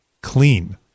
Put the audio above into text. clean